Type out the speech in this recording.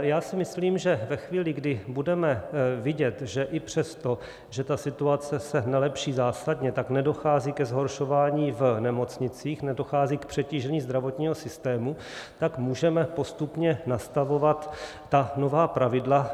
Já si myslím, že ve chvíli, kdy budeme vidět, že i přesto, že ta situace se nelepší zásadně, tak nedochází ke zhoršování v nemocnicích, nedochází k přetížení zdravotního systému, tak můžeme postupně nastavovat ta nová pravidla.